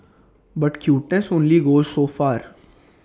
but cuteness only goes so far